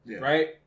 right